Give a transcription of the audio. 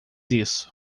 isso